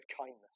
kindness